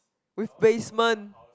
replacement